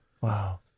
Wow